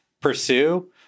pursue